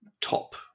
top